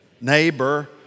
neighbor